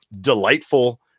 delightful